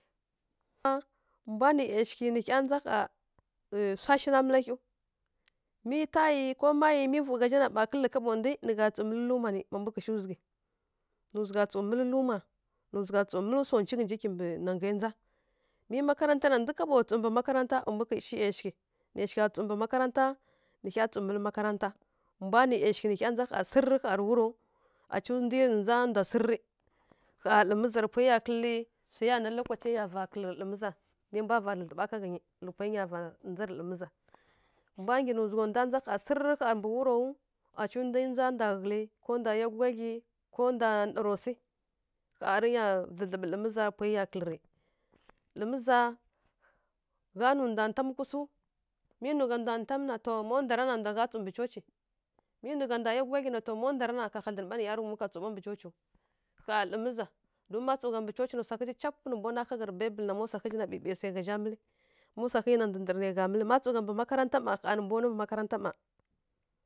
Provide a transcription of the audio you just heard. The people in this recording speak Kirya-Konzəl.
A mbwa nǝ ˈyashighǝ nǝ hya ndza ƙha swa shi na mǝla hyiw mi tayi ko mayi mǝ vu gha zha na ɓa kǝlǝ kaɓo ndǝ nǝ gha tsǝw mǝlǝ luma nǝ pa mbu kǝshi zughǝ nǝ zugha tsǝw mǝlǝ luma nǝ zugha tsǝw mǝlǝ swa nci ghǝnji kimbǝ naghai ndza mi makaranta na ndǝ kaɓo tsǝw mbǝ makaranta pa mbu kǝshi ˈyashighǝ, nǝ ˈyashigha tsǝw mbǝ makaranta nǝ hya tsǝw mǝlǝ makaranta mbwa nǝ ˈyashighǝ nǝ hya ndza ƙha sǝrǝrǝ ƙha rǝ urowu aci ndwi rǝ ndza ndwa sǝrǝrǝ. Ƙha lǝ miza rǝ pwai ya kǝlǝ rǝ, swai ya nanǝ lokacai ya va kǝlǝ rǝ lǝ miza nai mbwa va dlǝdlǝɓa ká ghǝnyi nǝ pwai nya vandza rǝ lǝ miza. Mbwa nggyi nǝ zugha ndwa ndza ƙha sǝrǝrǝ ƙha mbǝ urowu. Aci ndwi ndza ndwa ghǝlǝ, ko ndwa yá gudlyaghyi ko ndwa nara swi, ƙha rǝ ya dlǝdlǝɓǝ lǝ miza pwai ya kǝlǝ rǝ. Lǝ miza gha nǝ ndwa ntamǝ kusǝw, mi nǝ gha ndwa ntamǝ na, to má ndwara na to ndwa gha tsǝw mbǝ coci. Mi nǝ gha ndwa yá gudlyaghyi na, to ma ndwara na hadlǝn ɓa nǝ ˈyarǝghumǝw ká tsǝw ɓa mbǝ. Cociw ƙha lǝ miza don má tsǝw gha coci na swa ghǝzǝ capǝ nǝ mbwa nwa ká gha rǝ baiɓǝl na, má swa ghǝzǝ na ɓǝɓai swai gha zha mǝlǝ má tsǝw gha mbǝ makaranta má ƙha nǝ mbwa mǝlǝ mbǝ makaranta mma.